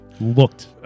looked